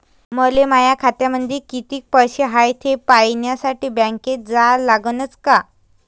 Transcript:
मले माया खात्यामंदी कितीक पैसा हाय थे पायन्यासाठी बँकेत जा लागनच का?